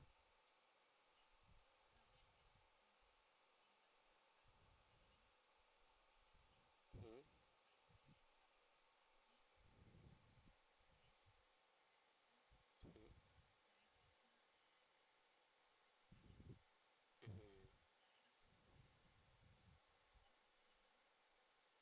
mmhmm